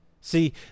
see